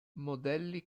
modelli